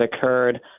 occurred